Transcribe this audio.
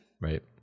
Right